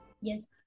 yes